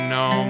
no